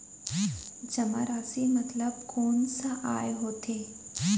जेमा राशि मतलब कोस आय होथे?